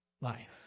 life